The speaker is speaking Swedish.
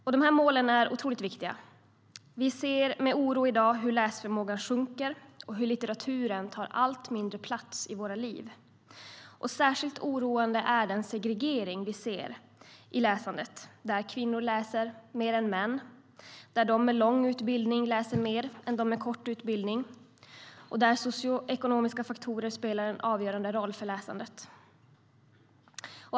Vi ser i dag med oro på hur läsförmågan minskar och hur litteraturen tar allt mindre plats i våra liv. Särskilt oroande är den segregering som vi ser i läsandet, där kvinnor läser mer än män, där de med lång utbildning läser mer än de med kort utbildning och där socioekonomiska faktorer spelar en avgörande roll för läsandet.